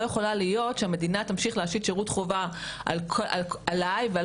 יכולה להיות שהמדינה תמשיך להשית שירות חובה עלי ועל